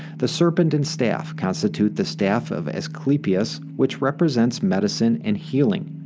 the serpent and staff constitute the staff of asclepius, which represents medicine and healing.